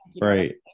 right